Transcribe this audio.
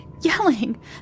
yelling